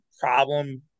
problem